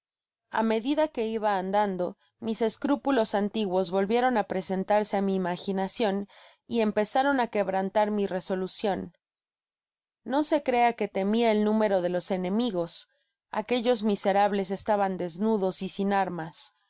a medida que iba andando mis escrúpulos antiguos volvieron á presentarse á mi imaginacion y empezaron á quebrantar mi resolucion no se crea que temia el número de los enemigos aquellos miserables estaban desnudos y sin armas